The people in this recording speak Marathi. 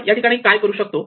आपण याठिकाणी काय करू शकतो